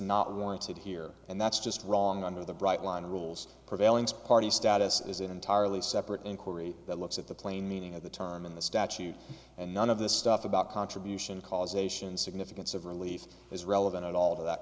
not wanted here and that's just wrong under the bright line rules prevailing sparty status is an entirely separate inquiry that looks at the plain meaning of the term in the statute and none of the stuff about contribution causation significance of relief is relevant at all to that